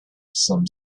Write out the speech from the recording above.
some